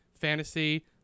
fantasy